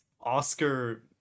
Oscar